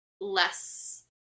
less